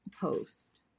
post